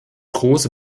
große